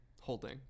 Holding